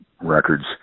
Records